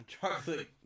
chocolate